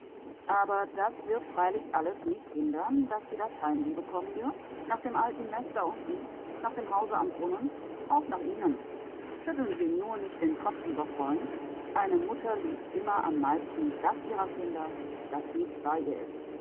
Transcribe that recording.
aber das wird freilich alles nicht hindern daß sie das heimweh bekommen wird nach dem alten nest da unten nach dem hause am brunnen auch nach ihnen schütteln sie nur nicht den kopf lieber freund eine mutter liebt immer am meisten das ihrer kinder das nicht bei ihr ist